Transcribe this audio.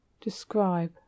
describe